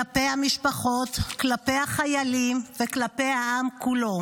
כלפי המשפחות, כלפי החיילים וכלפי העם כולו.